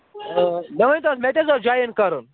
آ مےٚ ؤنۍتو حظ مےٚ تہِ حظ اوس جوایِن کَرُن